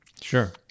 Sure